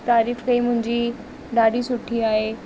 तारीफ़ कई मुंहिंजी ॾाढी सुठी आहे